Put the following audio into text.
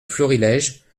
florilège